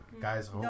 guys